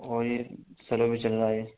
اور یہ سلو بھی چل رہا ہے